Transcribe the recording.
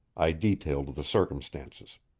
i detailed the circumstances.